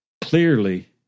clearly